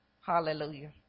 Hallelujah